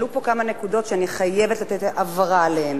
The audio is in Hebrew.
עלו פה כמה נקודות שאני חייבת לתת הבהרה לגביהן.